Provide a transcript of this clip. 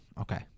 Okay